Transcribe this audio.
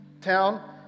town